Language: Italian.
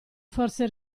forse